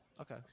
okay